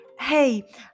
Hey